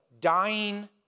dying